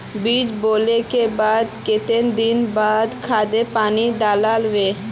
बीज बोले के बाद केते दिन बाद खाद पानी दाल वे?